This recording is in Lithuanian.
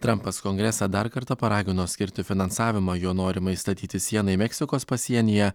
trampas kongresą dar kartą paragino skirti finansavimą jo norimai statyti sienai meksikos pasienyje